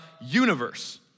universe